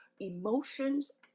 emotions